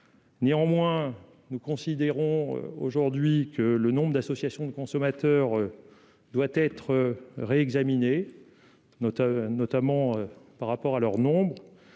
néanmoins nous considérons aujourd'hui que le nombre d'associations de consommateurs doit être réexaminée, notamment par rapport à leur nombre,